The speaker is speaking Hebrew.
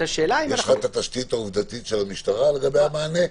יש לך התשתית העובדתית של המשטרה לגבי המענה?